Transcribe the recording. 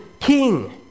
king